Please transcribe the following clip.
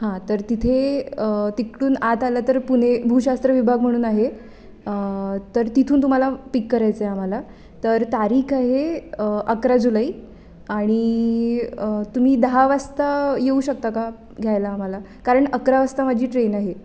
हां तर तिथे तिकडून आत आलं तर पुणे भूशास्त्र विभाग म्हणून आहे तर तिथून तुम्हाला पिक करायचं आहे आम्हाला तर तारीख आहे अकरा जुलै आणि तुम्ही दहा वाजता येऊ शकता का घ्यायला आम्हाला कारण अकरा वाजता माझी ट्रेन आहे